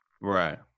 Right